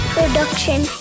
Production